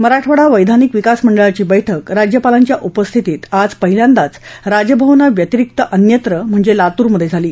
मराठवाडा वैधानिक विकास मंडळाची बैठक राज्यपालांच्या उपस्थितीत आज पहिल्यांदाच राजभवना व्यतिरीक्त अन्यत्र म्हणजे लातूरमधे बैठक झाली